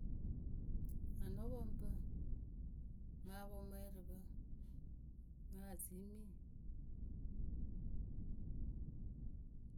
anɔpɔŋpǝ mɨ apɔŋmwɛɛrɩpǝ, mɨ azimi.